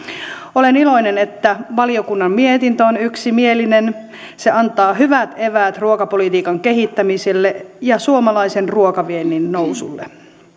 olen iloinen että valiokunnan mietintö on yksimielinen se antaa hyvät eväät ruokapolitiikan kehittämiselle ja suomalaisen ruokaviennin nousulle